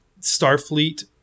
Starfleet